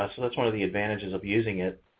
ah so, that's one of the advantages of using it.